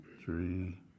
three